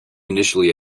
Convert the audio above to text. initially